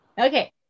Okay